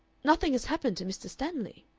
nothing has happened to mr. stanley?